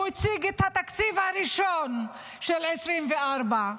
כשהוא הציג את התקציב הראשון של 2024,